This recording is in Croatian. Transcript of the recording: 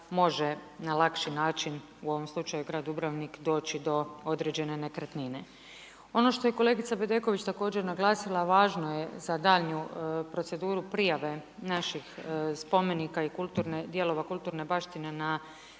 može na lakši način, u ovom slučaju grad Dubrovnik doći do određene nekretnine. Ono što je kolegica Bedeković također naglasila a važno je za daljnju proceduru prijave naših spomenika i dijelova kulturne baštine na